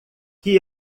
que